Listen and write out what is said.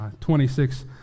26